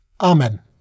Amen